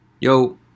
yo